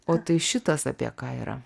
o tai šitas apie ką yra